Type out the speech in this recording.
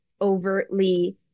overtly